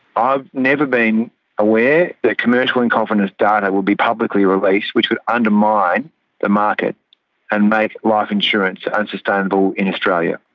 i've never been aware that commercial in confidence data would be publically released which would undermine the market and would make life insurance unsustainable in australia.